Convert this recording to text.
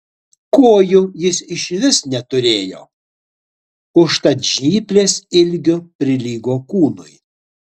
kojų jis išvis neturėjo užtat žnyplės ilgiu prilygo kūnui